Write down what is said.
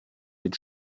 mit